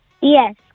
Yes